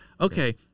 Okay